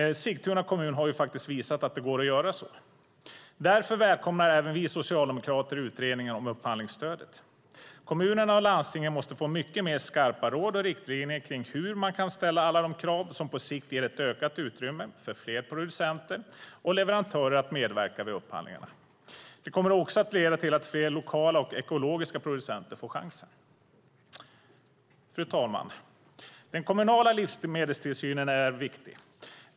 Sigtuna kommun har ju faktiskt visat att det går att göra så. Därför välkomnar även vi socialdemokrater utredningen om upphandlingsstödet. Kommunerna och landstingen måste få mycket mer skarpa råd och riktlinjer för hur man kan ställa alla de krav som på sikt ger ett ökat utrymme för fler producenter och leverantörer att medverka vid upphandlingarna. Det kommer också att leda till att fler lokala och ekologiska producenter får chansen. Fru talman! Den kommunala livsmedelstillsynen är viktig.